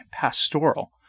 pastoral